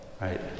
right